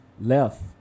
left